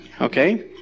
okay